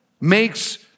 makes